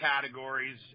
categories